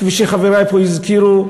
כפי שחברי פה הזכירו,